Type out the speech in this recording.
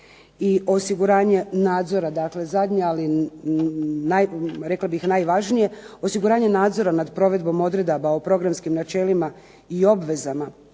I osiguranje nadzora, zadnja ali najvažnija, osiguranje nadzora nad provedbom odredaba o programskim načelima i obvezama